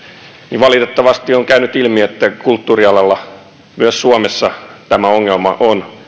niin valitettavasti on käynyt ilmi että kulttuurialalla myös suomessa tämä ongelma on